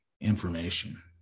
information